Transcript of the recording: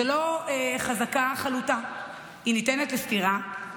זו לא חזקה חלוטה, היא ניתנת לסתירה,